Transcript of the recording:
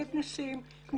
נגד נשים,